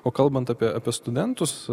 o kalbant apie apie studentus